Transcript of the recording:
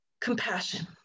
compassion